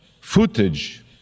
footage